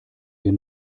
wir